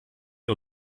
wir